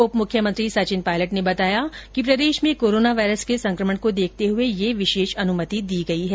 उप मुख्यमंत्री सचिन पायलट ने बताया कि प्रदेश में कोरोना वायरस के संक्रमण को देखते हुए ये विशेष अनुमति दी गई है